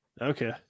okay